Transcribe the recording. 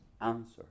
answer